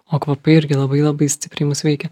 o kvapai irgi labai labai stipriai mus veikia